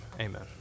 Amen